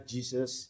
Jesus